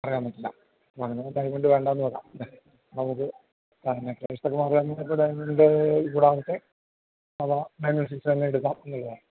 പറയാൻ പറ്റില്ല അപ്പോഴങ്ങനെയാണെങ്കില് ഡയ്മണ്ട് വേണ്ടെന്നു വയ്ക്കാം അല്ലെങ്കില് അപ്പോള് നമുക്ക് ആ നെക്ക്ളേസൊക്കെ വാങ്ങുവാണെങ്കില് ഇപ്പോള് ഡയമണ്ട് കൂടാതെതന്നെ വള നയൻ വൺ സിക്സ് തന്നെ എടുക്കാം എന്നുള്ളതാണ്